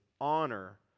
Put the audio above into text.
honor